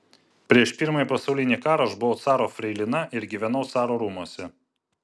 prieš pirmąjį pasaulinį karą aš buvau caro freilina ir gyvenau caro rūmuose